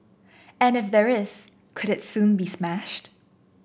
and if there is could it soon be smashed